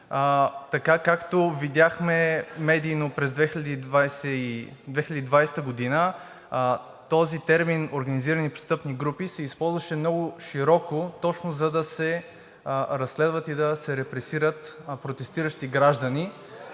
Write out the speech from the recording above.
Така както видяхме медийно през 2020 г., този термин – „организирани престъпни групи“, се използваше много широко, точно за да се разследват и да се репресират протестиращи граждани.